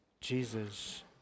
jesus